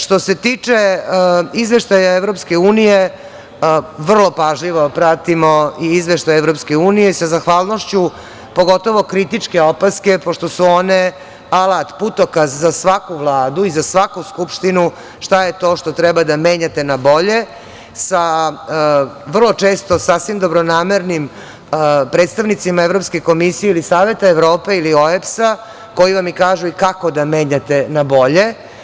Što se tiče Izveštaja EU, vrlo pažljivo pratimo i Izveštaj EU, sa zahvalnošću, pogotovo kritičke opaske pošto su one alat, putokaz za svaku Vladu i za svaku Skupštinu šta je to što treba da menjate na bolje sa vrlo često sasvim dobronamernim predstavnicima Evropske komisije ili Saveta Evrope ili EOBS-a, koji vam i kažu kako da menjate na bolje.